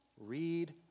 read